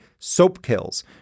Soapkills